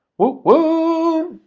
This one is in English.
woo woo!